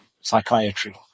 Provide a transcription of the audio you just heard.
psychiatry